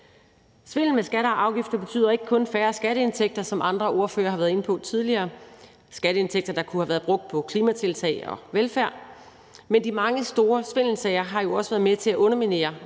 Svindel med skatter og afgifter betyder ikke kun færre skatteindtægter, som andre ordførere har været inde på tidligere. Det er skatteindtægter, der kunne have været brugt på klimatiltag og velfærd. Men de mange store svindelsager har jo også været med til at underminere